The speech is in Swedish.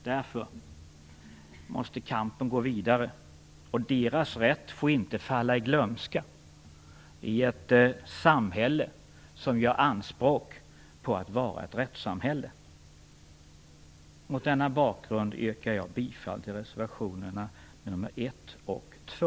Därför måste kampen gå vidare, och deras rätt får inte falla i glömska, i ett samhälle som gör anspråk på att vara ett rättssamhälle. Mot denna bakgrund yrkar jag bifall till reservationerna nr 1 och 2.